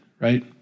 Right